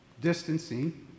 distancing